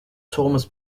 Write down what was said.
turmes